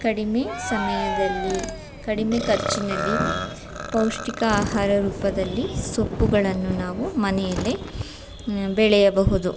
ಕಡಿಮೆ ಸಮಯದಲ್ಲಿ ಕಡಿಮೆ ಖರ್ಚಿನಲ್ಲಿ ಪೌಷ್ಟಿಕ ಆಹಾರ ರೂಪದಲ್ಲಿ ಸೊಪ್ಪುಗಳನ್ನು ನಾವು ಮನೆಯಲ್ಲೇ ಬೆಳೆಯಬಹುದು